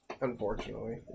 Unfortunately